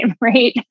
right